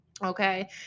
okay